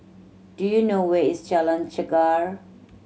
do you know where is Jalan Chegar